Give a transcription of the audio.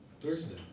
Thursday